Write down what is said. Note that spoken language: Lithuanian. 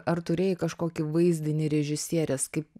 ar turėjai kažkokį vaizdinį režisierės kaip